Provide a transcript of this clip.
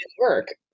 work